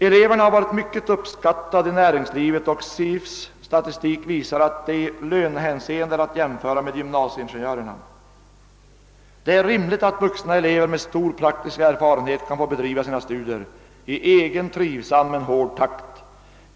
——— Eleverna har varit mycket uppskattade i näringslivet och SIFs statistik visar att de i lönehänseende är att jämföra med gymmnasieingenjörerna. ——— Det är rimligt att vuxna elever med stor praktisk erfarenhet kan få bedriva sina studier i egen, trivsam men hård takt.